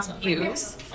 use